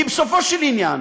כי בסופו של עניין